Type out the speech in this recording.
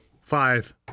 five